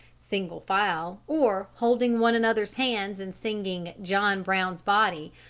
single file or holding one another's hands and singing john brown's body,